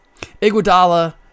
Iguodala